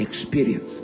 experience